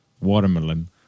Watermelon